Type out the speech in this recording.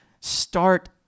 Start